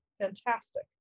Fantastic